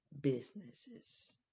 businesses